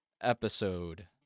episode